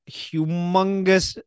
humongous